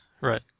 Right